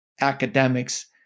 academics